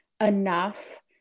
enough